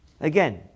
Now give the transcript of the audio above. Again